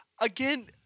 Again